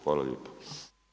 Hvala lijepa.